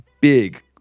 big